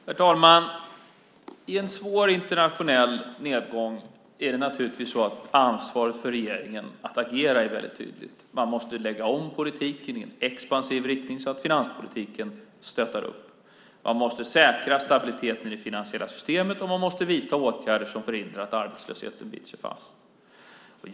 Herr talman! I en svår internationell nedgång är naturligtvis regeringens ansvar att agera väldigt tydligt. Man måste lägga om politiken i expansiv riktning så att finanspolitiken stöttar. Man måste säkra stabiliteten i det finansiella systemet, och man måste vidta åtgärder som förhindrar att arbetslösheten biter sig fast.